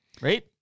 Right